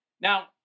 Now